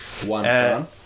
one